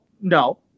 no